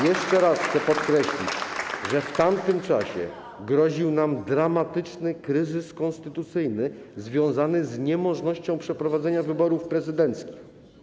Jeszcze raz chcę podkreślić, że w tamtym czasie groził nam dramatyczny kryzys konstytucyjny związany z niemożnością przeprowadzenia wyborów prezydenckich.